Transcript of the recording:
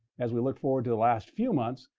as we look forward to the last few months,